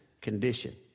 condition